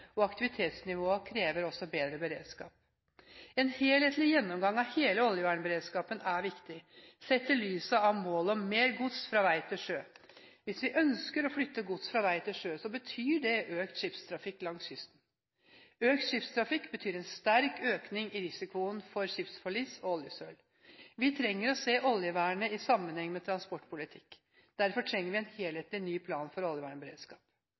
Aktivitetsnivået krever også bedre beredskap. En helhetlig gjennomgang av hele oljevernberedskapen er viktig, sett i lys av målet om mer gods fra vei til sjø. Hvis vi ønsker å flytte gods fra vei til sjø, betyr det økt skipstrafikk langs kysten. Økt skipstrafikk betyr en sterk økning i risikoen for skipsforlis og oljesøl. Vi trenger å se oljevern i sammenheng med transportpolitikk. Derfor trenger vi en helhetlig ny plan for oljevernberedskap.